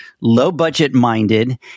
low-budget-minded